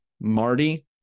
Marty